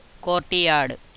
courtyard